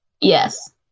Yes